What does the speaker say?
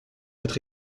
être